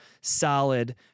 solid